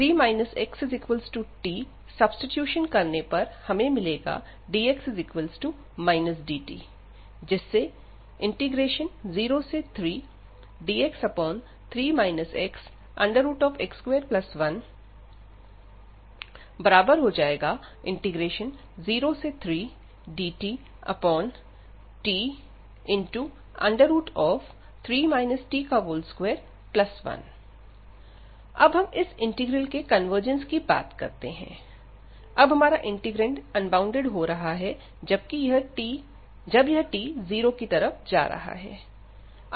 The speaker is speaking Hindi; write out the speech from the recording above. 3 xtप्रतिस्थापन करने पर हमें मिलेगा dx dt जिससे 03dx3 xx2103dtt3 t21 अब हम इस इंटीग्रल के कन्वर्जन्स की बात करते हैं अब हमारा इंटीग्रैंड अनबॉउंडेड हो रहा है जबकि यह t 0 की तरफ जा रहा है